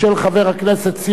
התש"ע 2010,